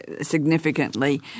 significantly